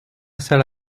salle